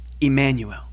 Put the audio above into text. Emmanuel